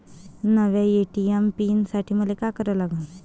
नव्या ATM PIN साठी मले का करा लागन?